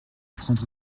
prendre